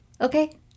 okay